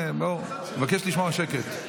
אני מבקש לשמור על שקט.